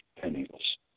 penniless